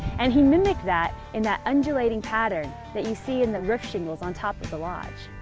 and he mimicked that in that undulating pattern that you see in the roof shingles on top of the lodge.